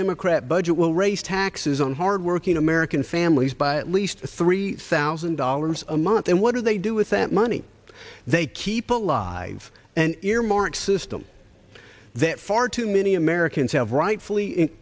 democrat budget will raise taxes on hardworking american families by at least three thousand dollars a month and what do they do with that money they keep alive and earmark system that far too many americans have rightfully